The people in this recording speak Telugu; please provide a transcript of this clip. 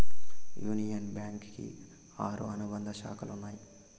యూనియన్ బ్యాంకు కి ఆరు అనుబంధ శాఖలు ఉన్నాయి